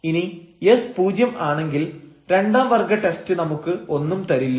ഇനി s പൂജ്യം ആണെങ്കിൽ രണ്ടാം വർഗ്ഗ ടെസ്റ്റ് നമുക്ക് ഒന്നും തരില്ല